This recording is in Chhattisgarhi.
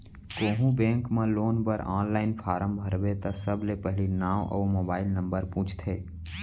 कोहूँ बेंक म लोन बर आनलाइन फारम भरबे त सबले पहिली नांव अउ मोबाइल नंबर पूछथे